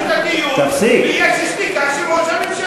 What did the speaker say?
60% מהמדינה, בשיטתיות ויש שתיקה של ראש הממשלה.